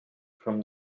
from